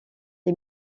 les